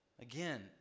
again